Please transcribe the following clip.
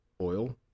oil